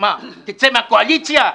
תצא מהקואליציה?